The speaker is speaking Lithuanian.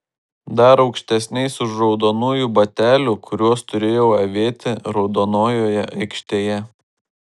dar aukštesniais už raudonųjų batelių kuriuos turėjau avėti raudonojoje aikštėje